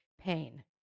pain